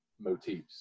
motifs